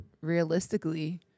realistically